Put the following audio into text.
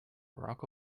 barack